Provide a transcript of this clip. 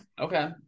Okay